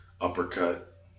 uppercut